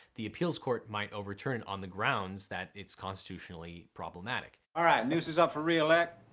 the appeals court might overturn on the grounds that its constitutionally problematic. alright, noose is up for reelect.